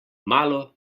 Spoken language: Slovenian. malo